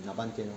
拿半天 lor